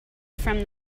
from